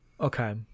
Okay